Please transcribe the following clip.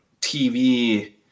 TV